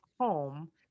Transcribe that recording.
home